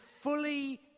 fully